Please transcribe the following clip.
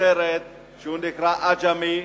לסרט שנקרא "עג'מי",